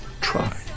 try